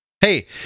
Hey